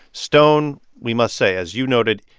stone, we must say as you noted,